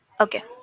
okay